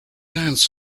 aunts